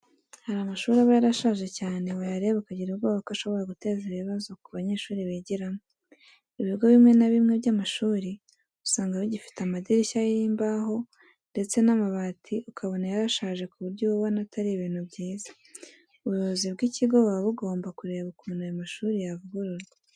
Hari amashuri aba yarashaje cyane wayareba ukagira ubwoba ko ashobora guteza ibibazo ku banyeshuri bigiramo. Ibigo bimwe na bimwe by'amashuri usanga bigifite amadirishya y'imbaho ndetse n'amabati ukabona yarashaje ku buryo uba ubona atari ibintu byiza. Ubuyobozi bw'ikigo buba bugomba kureba ukuntu ayo mashuri yavugururwa.